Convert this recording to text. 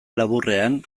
laburrean